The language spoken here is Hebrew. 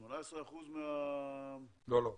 18%. לא לא,